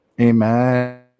Amen